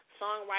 songwriter